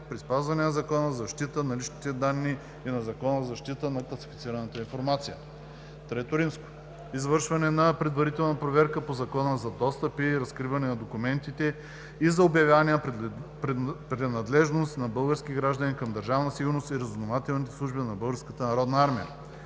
при спазване на Закона за защита на личните данни и на Закона за защита на класифицираната информация. III. Извършване на предварителна проверка по Закона за достъп и разкриване на документите и за обявяване на принадлежност на български граждани към Държавна сигурност и разузнавателните служби на